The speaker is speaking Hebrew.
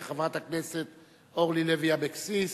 לחברת הכנסת אורלי לוי אבקסיס.